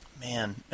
Man